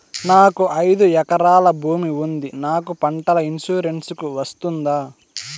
నాకు ఐదు ఎకరాల భూమి ఉంది నాకు పంటల ఇన్సూరెన్సుకు వస్తుందా?